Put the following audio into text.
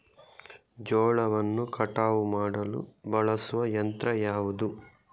ಜೋಳವನ್ನು ಕಟಾವು ಮಾಡಲು ಬಳಸುವ ಯಂತ್ರ ಯಾವುದು?